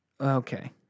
Okay